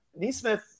Neesmith